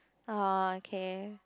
oh okay